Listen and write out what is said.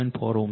4 Ω છે